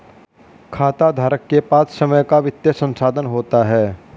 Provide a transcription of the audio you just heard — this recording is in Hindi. खाताधारक के पास स्वंय का वित्तीय संसाधन होता है